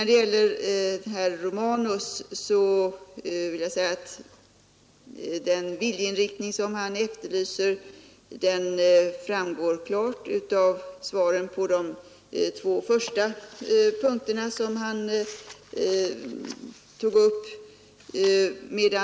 Den viljeinriktning som herr Romanus efterlyser framgår klart av svaren på de två första punkterna som han tog upp.